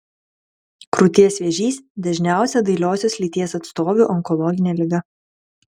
krūties vėžys dažniausia dailiosios lyties atstovių onkologinė liga